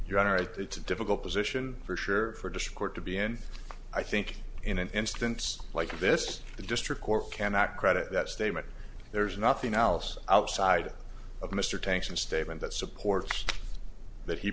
the it's a difficult position for sure for discord to be in i think in an instance like this the district court cannot credit that statement there's nothing else outside of mr tanks and statement that supports that he